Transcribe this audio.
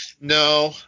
no